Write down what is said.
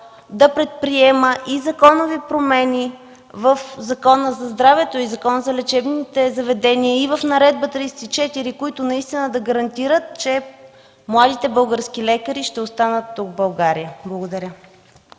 да предприема и законови промени в Закона за здравето и Закона за лечебните заведения и в Наредба № 34, които наистина да гарантират, че младите български лекари ще останат в България. Благодаря.